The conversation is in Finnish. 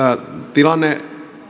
tilanne